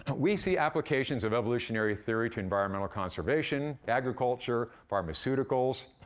and we see applications of evolutionary theory to environmental conservation, agriculture, pharmaceuticals,